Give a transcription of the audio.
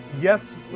Yes